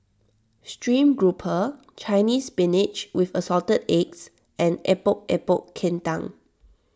Stream Grouper Chinese Spinach with Assorted Eggs and Epok Epok Kentang